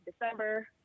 December